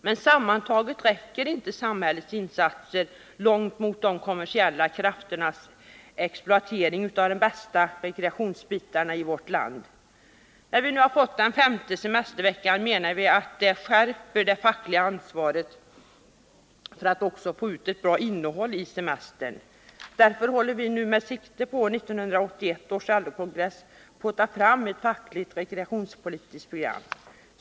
Men sammantaget räcker inte samhällets insatser långt mot de kommersiella krafternas exploatering av de bästa rekreationsbitarna i vårt land. Vi har nu fått en femte semestervecka, och vi menar att det skärper det fackliga ansvaret för att människor också skall få ett bra innehåll i semestern. Därför håller vi nu på att ta fram ett fackligt rekreationskritiskt program, med sikte på 1981 års LO-kongress.